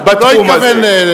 הוא התכוון,